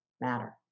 matter